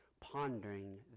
pondering